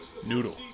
Noodle